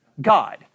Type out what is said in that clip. God